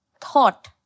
thought